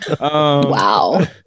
wow